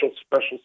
special